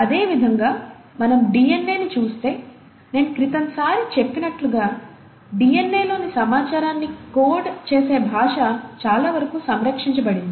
అదేవిధంగా మనం DNA ని చూస్తే నేను క్రితంసారి చెప్పినట్లుగా డిఎన్ఎలోని సమాచారాన్ని కోడ్ చేసే భాష చాలావరకు సంరక్షించబడింది